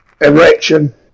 Erection